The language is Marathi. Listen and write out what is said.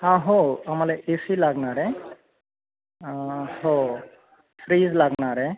आं हो आम्हाला ए सी लागणार आहे हो फ्रीज लागणार आहे